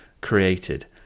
created